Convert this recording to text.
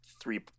three